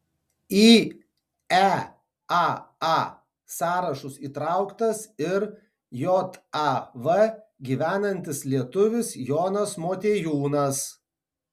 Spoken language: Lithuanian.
į eaa sąrašus įtrauktas ir jav gyvenantis lietuvis jonas motiejūnas